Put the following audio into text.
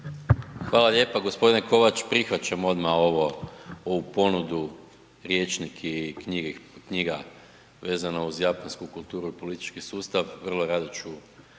Hvala lijepa. G. Kovač, prihvaćam odmah ovo, ovu ponudu rječnik i knjiga vezano uz japansku kulturu i politički sustav, vrlo rado ću